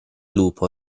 lupo